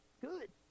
Good